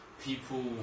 people